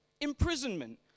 imprisonment